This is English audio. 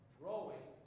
growing